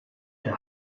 der